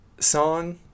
song